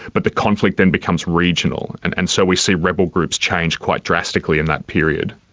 but the conflict then becomes regional, and and so we see rebel groups change quite drastically in that period.